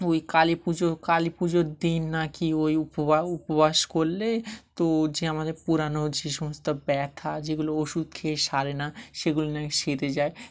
ওই কালী পুজো কালী পুজোর দিন নাকি ওই উপবা উপবাস করলে তো যে আমাদের পুরানো যে সমস্ত ব্যথা যেগুলো ওষুধ খেয়ে সারে না সেগুলো নাকি সেরে যায়